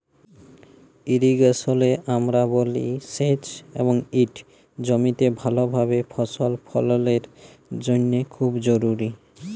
ইরিগেশলে আমরা বলি সেঁচ এবং ইট জমিতে ভালভাবে ফসল ফললের জ্যনহে খুব জরুরি